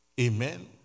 Amen